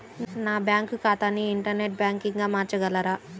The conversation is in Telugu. నా బ్యాంక్ ఖాతాని ఇంటర్నెట్ బ్యాంకింగ్గా మార్చగలరా?